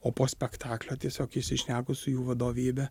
o po spektaklio tiesiog įsišnekus su jų vadovybe